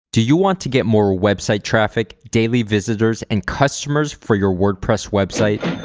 do you want to get more website traffic, daily visitors and customers for your wordpress website?